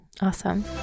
Awesome